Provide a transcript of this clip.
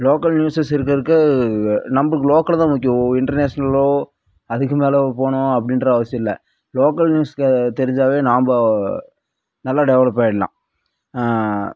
local newses இருக்கற இருக்கற நம்மளுக்கு லோக்கலு தான் முக்கியம் ஒரு இன்டர்நேஷனல்லோ அதுக்கு மேலே போகணும் அப்படின்ற அவசியம் இல்லை லோக்கல் நியூஸ்க தெரிஞ்சாவே நாம் நல்லா டெவெலப் ஆயிடலாம்